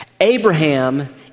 Abraham